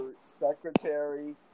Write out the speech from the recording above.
secretary